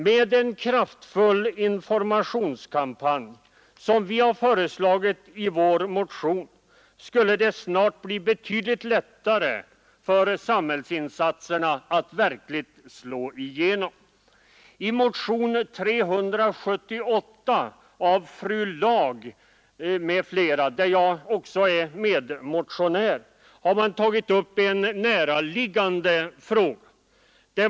Med en kraftfull informationskampanj, som vi har föreslagit i vår motion, skulle det snart bli betydligt lättare för samhällsinsatserna att verkligen slå igenom. I motionen 378 av fru Laag m.fl. har vi tagit upp en näraliggande fråga.